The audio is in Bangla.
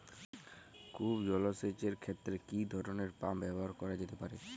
কূপ জলসেচ এর ক্ষেত্রে কি ধরনের পাম্প ব্যবহার করা যেতে পারে?